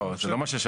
לא, זה לא מה שאמר.